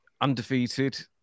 undefeated